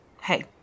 Hey